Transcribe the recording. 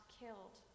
killed